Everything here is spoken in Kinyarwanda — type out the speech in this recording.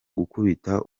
gukubita